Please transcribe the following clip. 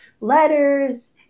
letters